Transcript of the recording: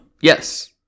Yes